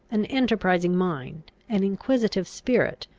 an enterprising mind, an inquisitive spirit,